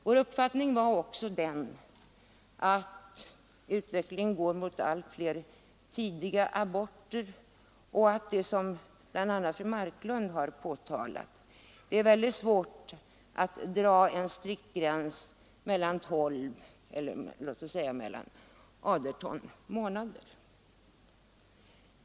Vår uppfattning var också den att utvecklingen går mot allt fler tidiga aborter och att det, som fru Marklund framhållit, är mycket svårt att ha en strikt gränsdragning både vid tolv och vid aderton veckor.